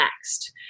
next